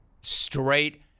Straight